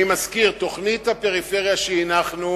אני מזכיר שתוכנית הפריפריה שהנחנו